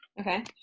Okay